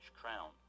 crown